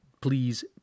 please